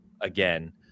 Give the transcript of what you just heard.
again